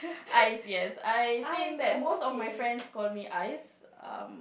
Ais yes I think that most of my friends call me Ais um